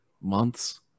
months